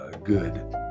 good